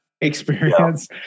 experience